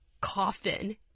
coffin